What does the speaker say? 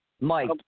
Mike